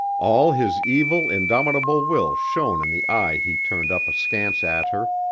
all his evil, indomitable will shone in the eye he turned up askance at her,